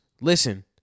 Listen